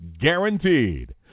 guaranteed